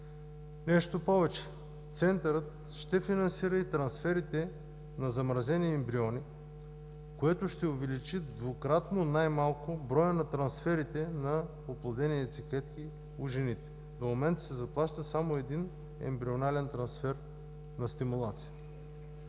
Нещо повече – Центърът ще финансира и трансферите на замразени ембриони, което ще увеличи най-малко двукратно броя на трансферите на оплодени яйцеклетки у жените. До момента се заплаща само един ембрионален трансфер на стимулация.